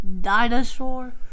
Dinosaur